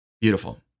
Beautiful